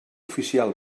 oficial